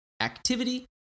activity